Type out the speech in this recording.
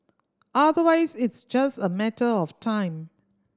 otherwise it's just a matter of time